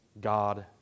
God